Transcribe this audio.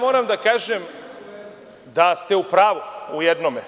Moram da kažem da ste u pravu u jednom.